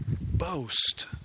boast